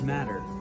Matter